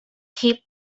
keep